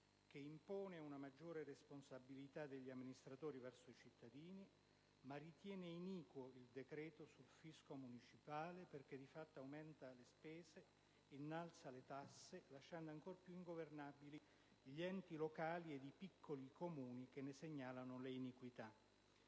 che impone una maggiore responsabilità degli amministratori verso i cittadini, ma ritiene iniquo il decreto sul fisco municipale, perché di fatto aumenta le spese, innalza le tasse, lasciando ancora più ingovernabili gli enti locali e i piccoli Comuni che ne segnalano le iniquità.